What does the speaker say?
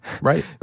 Right